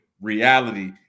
reality